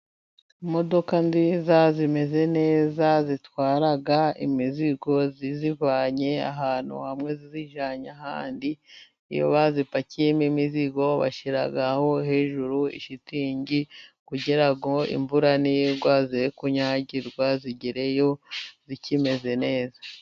Imodoka nziza zimeze neza, zitwara imizigo ziyivanye ahantu hamwe ziyijyanye ahandi, iyo bazipakiyemo imizigo bashyiraho hejuru shitingi kugira ngo imvura nigwa zo kunyagirwa, zigereyo zikimeze neza.